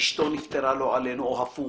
אשתו נפטרה, לא עלינו, או הפוך,